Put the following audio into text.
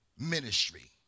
ministry